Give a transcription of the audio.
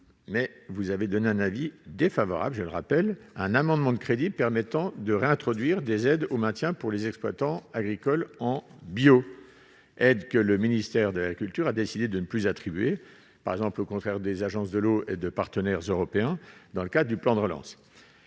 mais vous avez donné un avis défavorable je le rappelle, un amendement de crédits permettant de réintroduire des aides au maintien pour les exploitants agricoles en bio aide que le ministère de l'Agriculture a décidé de ne plus attribuer, par exemple, au contraire des agences de l'eau et de partenaires européens, dans le cas du plan de relance